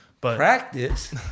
Practice